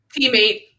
Teammate